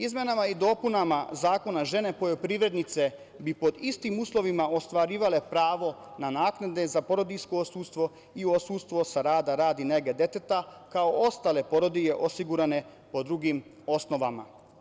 Izmenama i dopunama zakona, žene poljoprivrednice bi pod istim uslovima ostvarivale pravo na naknade za porodiljsko odsustvo i odsustvo sa rada radi nege deteta, kao i ostale porodilje osigurane po drugim osnovama.